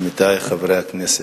עמיתי חברי הכנסת,